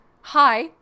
Hi